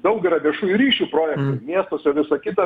daug yra viešųjų ryšių projektų miestuose visa kita